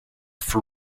for